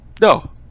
No